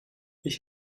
ich